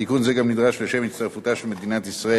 תיקון זה גם נדרש לשם הצטרפותה של מדינת ישראל